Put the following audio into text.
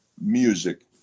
music